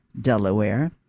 Delaware